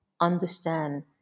understand